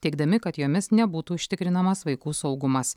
teigdami kad jomis nebūtų užtikrinamas vaikų saugumas